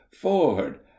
Ford